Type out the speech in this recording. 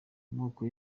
amoko